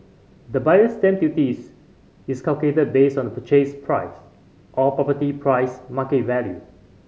The Buyer's Stamp Duties is calculated based on the purchase price or property price market value